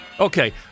Okay